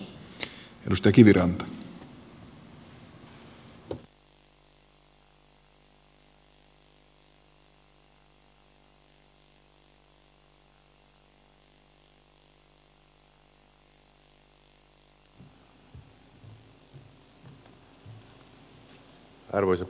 arvoisa puhemies